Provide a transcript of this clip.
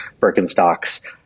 Birkenstocks